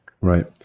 right